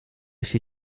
się